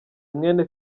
mwene